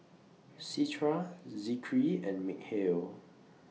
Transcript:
Citra Zikri and Mikhail